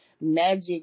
magic